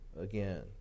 again